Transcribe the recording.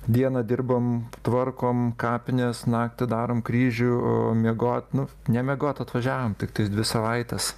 dieną dirbam tvarkom kapines naktį darom kryžių o miegot nu ne miegot atvažiavome tiktai dvi savaites